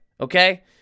okay